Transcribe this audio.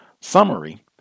Summary